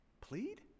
Plead